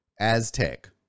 Aztec